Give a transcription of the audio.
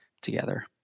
together